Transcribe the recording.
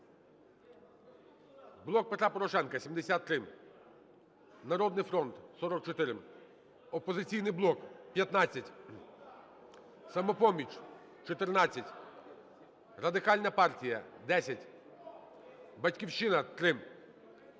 "Блок Петра Порошенка" – 73, "Народний фронт" – 44, "Опозиційний блок" – 15, "Самопоміч" – 14, Радикальна партія – 10, "Батьківщина" – 3,